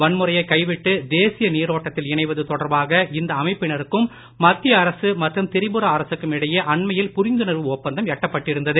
வன்முறையைக் கைவிட்டு தேசிய நீரோட்டத்தில் இணைவது தொடர்பாக இந்த அமைப்பினருக்கும் மத்திய அரசு மற்றும் திரிபுரா அரசுக்கும் இடையே அண்மையில் புரிந்துணர்வு ஒப்பந்தம் எட்டப்பட்டிருந்தது